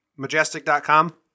Majestic.com